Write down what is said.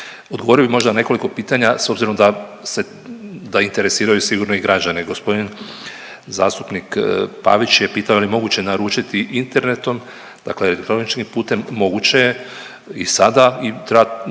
Odgovorio bih možda na nekoliko pitanja s obzirom da se, da interesiraju sigurno i građane. Gospodin zastupnik Pavić je pitao je li moguće naručiti internetom, dakle elektroničkim putem moguće je i sada i treba